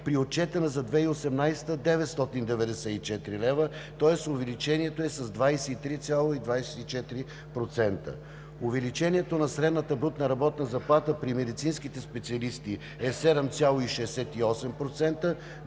при отчетена за 2018 г. – 994 лв., тоест увеличението е с 23,24%. Увеличението на средната брутна работна заплата при медицинските специалисти е 7,68%,